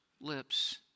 lips